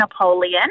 Napoleon